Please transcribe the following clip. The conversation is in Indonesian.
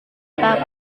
pak